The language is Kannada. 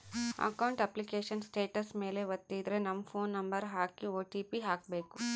ಅಕೌಂಟ್ ಅಪ್ಲಿಕೇಶನ್ ಸ್ಟೇಟಸ್ ಮೇಲೆ ವತ್ತಿದ್ರೆ ನಮ್ ಫೋನ್ ನಂಬರ್ ಹಾಕಿ ಓ.ಟಿ.ಪಿ ಹಾಕ್ಬೆಕು